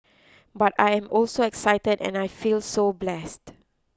but I am also excited and I feel so blessed